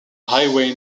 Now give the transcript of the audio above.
highway